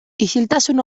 isiltasun